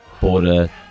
border